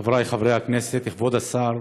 חברי חברי הכנסת, כבוד השר,